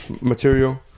Material